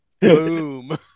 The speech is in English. boom